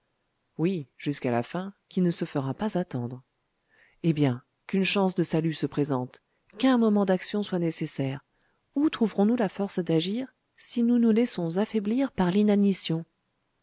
oui jusqu'à la fin qui ne se fera pas attendre eh bien qu'une chance de salut se présente qu'un moment d'action soit nécessaire où trouverons-nous la force d'agir si nous nous laissons affaiblir par